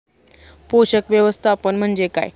पोषक व्यवस्थापन म्हणजे काय?